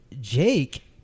Jake